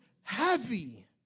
heavy